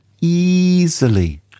easily